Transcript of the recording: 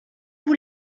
vous